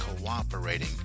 cooperating